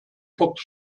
fox